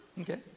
Okay